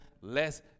less